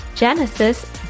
Genesis